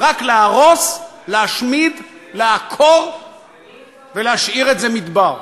רק להרוס, להשמיד, לעקור ולהשאיר מדבר.